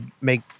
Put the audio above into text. make